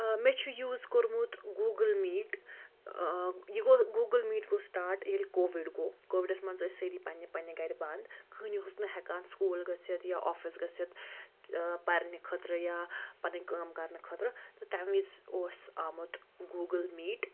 مےٚ چھُ یوٗز کوٚرمُت گوٗگٕل میٖٹ یہِ گوٚو گوٗگٕل میٖٹ گوٚو سٹاٹ ییٚلہِ کووِڈ گوٚو کووِڈَس منٛز ٲسۍ سٲری پنٛنہِ پنٛنہِ گَرِ بَنٛد کٕہۭنۍ اوس نہٕ ہٮ۪کان سکوٗل گٔژھِتھ یا آفِس گٔژھِتھ پَرنہٕ خٲطرٕ یا پَنٕنۍ کٲم کَرنہٕ خٲطرٕ تہٕ تَمہِ وِزِ اوس آمُت گوٗگٕل میٖٹ